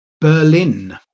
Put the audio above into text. Berlin